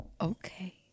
Okay